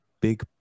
big